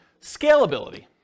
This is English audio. scalability